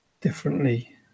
differently